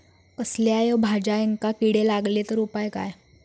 कसल्याय भाजायेंका किडे लागले तर उपाय काय?